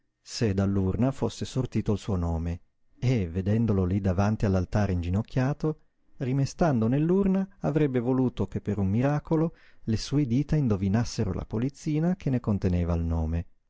se dall'urna fosse sortito il suo nome e vedendolo lí davanti all'altare inginocchiato rimestando nell'urna avrebbe voluto che per un miracolo le sue dita indovinassero la polizzina che ne conteneva il nome